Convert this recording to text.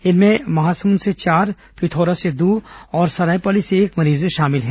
इनमें महासमुंद से चार पिथौरा से दो और सरायपाली से एक मरीज शामिल है